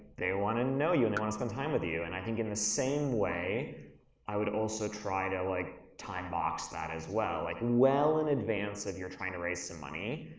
they wanna know you and they wanna spend time with you and i think in the same way i would also try to like time box that as well. like, well in advance of your trying to raise some money,